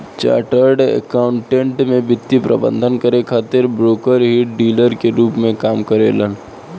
chartered accountant में वित्तीय प्रबंधन करे खातिर ब्रोकर ही डीलर के रूप में काम करेलन